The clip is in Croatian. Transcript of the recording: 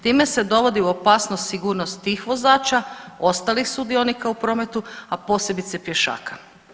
Time se dovodi u opasnost sigurnost tih vozača, ostalih sudionika u prometu, a posebice pješaka.